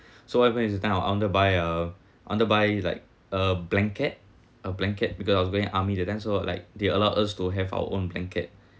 so time I want to buy a want to buy like a blanket a blanket because I was going army that time so like they allow us to have our own blanket